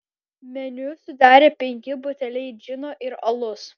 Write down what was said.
meniu sudarė penki buteliai džino ir alus